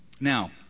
Now